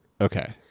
okay